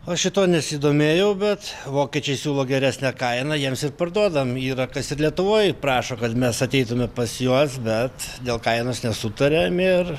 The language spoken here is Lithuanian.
aš šituo nesidomėjau bet vokiečiai siūlo geresnę kainą jiems ir parduodam yra kas ir lietuvoj prašo kad mes ateitume pas juos bet dėl kainos nesutariam ir